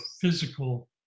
physical